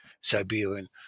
Siberian